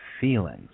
feelings